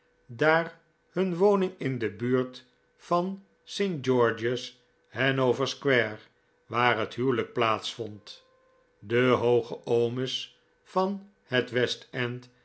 daar hun woning in de buurt was van st george's hannover square waar het huwelijk plaats vond de hooge oomes van het